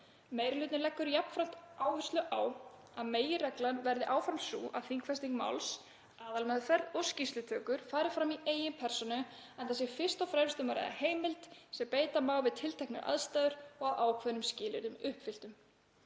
Meiri hlutinn leggur jafnframt áherslu á að meginreglan verði áfram sú að þingfesting máls, aðalmeðferð og skýrslutökur fari fram í eigin persónu, enda sé fyrst og fremst um að ræða heimild sem beita má við tilteknar aðstæður og að ákveðnum skilyrðum uppfylltum.